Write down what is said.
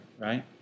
right